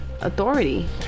authority